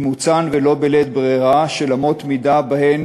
אימוצן ולא בלית ברירה של אמות מידה בהן